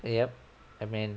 yup I mean